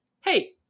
Hey